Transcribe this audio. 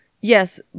Yes